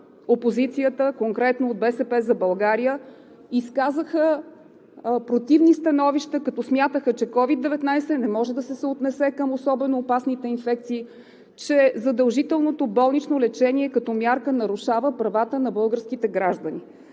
опозицията, конкретно от „БСП за България“, изказаха противни становища, като смятаха, че COVID-19 не може да се съотнесе към особено опасните инфекции, че задължителното болнично лечение като мярка нарушава правата на българските граждани.